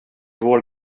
vår